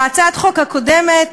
בהצעת החוק הקודמת,